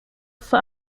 for